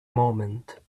moment